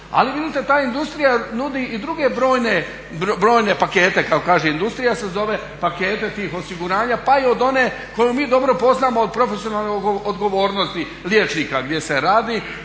Ali vidite ta industrija nudi i druge brojne pakete kako kaže, i industrija se zove, pakete tih osiguranja, pa i od one koju mi dobro poznajemo od profesionalne odgovornosti liječnika gdje se radi.